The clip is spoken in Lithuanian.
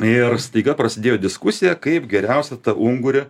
ir staiga prasidėjo diskusija kaip geriausia tą ungurį